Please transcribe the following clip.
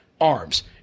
arms